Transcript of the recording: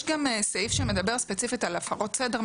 יש גם סעיף שמדבר ספציפית על הפרות סדר,